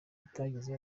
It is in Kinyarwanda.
itagize